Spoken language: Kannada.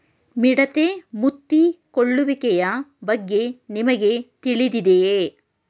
ಮಿಡತೆ ಮುತ್ತಿಕೊಳ್ಳುವಿಕೆಯ ಬಗ್ಗೆ ನಿಮಗೆ ತಿಳಿದಿದೆಯೇ?